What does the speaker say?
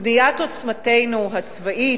בניית עוצמתנו הצבאית,